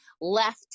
left